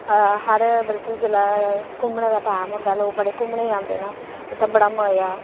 हर बल्कि जेल्लै घूमने दा टैम होंदा लोक बड़े घूमने गी औंदे न उत्थै बड़ा मजा ऐ